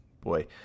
boy